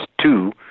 two